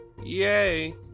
yay